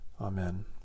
Amen